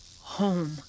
home